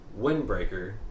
windbreaker